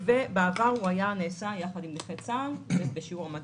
בעבר הוא נעשה יחד עם נכי צה"ל בשיעור המדד.